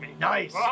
Nice